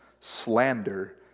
slander